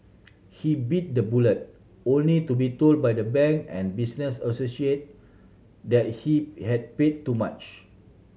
he bit the bullet only to be told by the bank and business associate that he had paid too much